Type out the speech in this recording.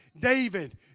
David